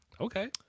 Okay